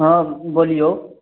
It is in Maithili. हँ बोलिऔ